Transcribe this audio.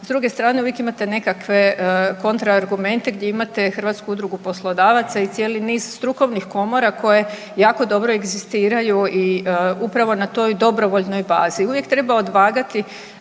s druge strane uvijek imate nekakve kontra argumente gdje imate Hrvatsku udrugu poslodavaca i cijeli niz strukovnih komora koje jako dobro egzistiraju i upravo na toj dobrovoljnoj bazi. Uvijek treba odvagati